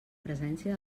presència